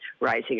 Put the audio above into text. rising